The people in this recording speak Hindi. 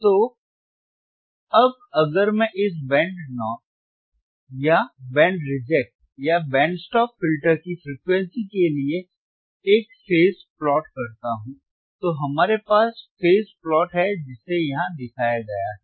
तो अब अगर मैं इस बैंड नॉट या बैंड रिजेक्ट या बैंड स्टॉप फिल्टर की फ़्रीक्वेंसी के लिए एक फेज़ प्लॉट करता हूं तो हमारे पास फेज़ प्लॉट है जिसे यहां दिखाया गया है